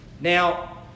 Now